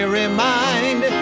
remind